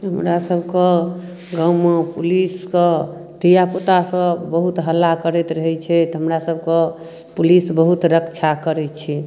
हमरा सबके गाँवमे पुलिसके धियापुता सब बहुत हल्ला करैत रहै छै तऽ हमरा सबके पुलिस बहुत रक्षा करै छै